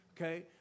Okay